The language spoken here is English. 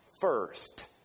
first